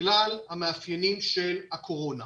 בגלל המאפיינים של הקורונה.